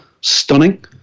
stunning